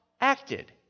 acted